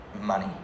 money